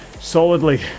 solidly